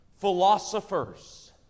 philosophers